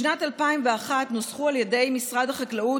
בשנת 2001 נוסחו על ידי משרד החקלאות